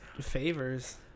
favors